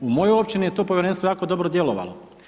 U mojoj općini je to povjerenstvo jako dobro djelovalo.